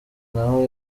naho